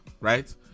right